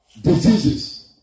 diseases